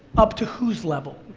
up to whose level,